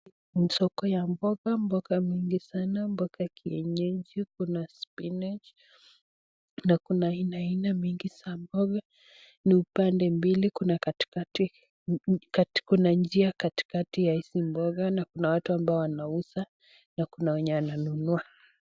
Ni soko ya mboga, mboga mingi sana, mboga kienyeji. Kuna spinach na kuna aina aina mingi za mboga. Ni upande mbili, kuna kati kati, kuna njia kati kati ya hizi mboga na kuna watu ambao wanauza na kuna wanao nunua.